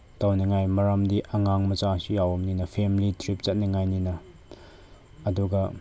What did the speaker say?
ꯇꯧꯅꯤꯡꯉꯥꯏ ꯃꯔꯝꯗꯤ ꯑꯉꯥꯡ ꯃꯆꯥꯁꯨ ꯌꯥꯎꯕꯅꯤꯅ ꯐꯦꯃꯤꯂꯤ ꯇ꯭ꯔꯤꯞ ꯆꯠꯅꯤꯡꯉꯥꯏꯅꯤꯅ ꯑꯗꯨꯒ